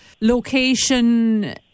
location